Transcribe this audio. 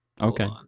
Okay